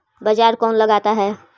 बाजार कौन लगाता है?